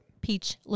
Peach